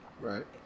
right